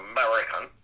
American